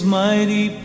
mighty